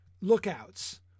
lookouts